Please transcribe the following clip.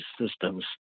systems